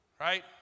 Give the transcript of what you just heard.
right